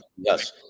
Yes